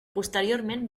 posteriorment